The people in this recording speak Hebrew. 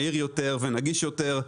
מהיר יותר ונגיש יותר.